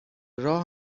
راه